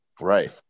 right